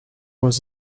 was